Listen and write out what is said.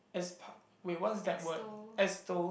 as pa~ wait what's that word extol